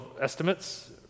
estimates